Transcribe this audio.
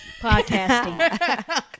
Podcasting